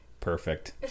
Perfect